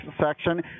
Section